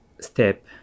step